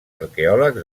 arqueòlegs